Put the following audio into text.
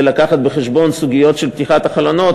ולהביא בחשבון סוגיות של פתיחת החלונות,